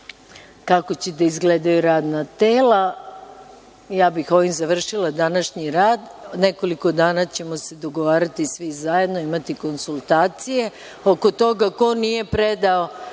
kako će da izgledaju radna tela, ovim bih završila današnji rad. Nekoliko dana ćemo se dogovarati svi zajedno, imati konsultacije. Oko toga ko nije predao